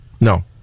No